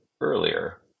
earlier